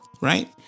Right